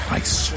ice